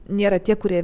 nėra tie kurie